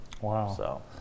Wow